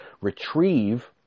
retrieve